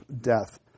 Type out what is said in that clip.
death